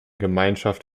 gemeinschaft